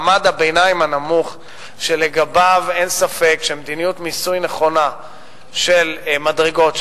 מעמד הביניים הנמוך שלגביו אין ספק שמדיניות מיסוי נכונה של מדרגות,